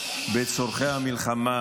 בצורכי המלחמה